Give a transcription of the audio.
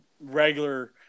regular